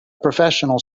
professional